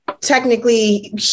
technically